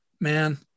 man